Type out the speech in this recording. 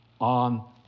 on